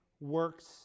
works